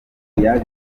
tidiane